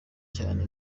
cyane